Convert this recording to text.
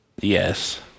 Yes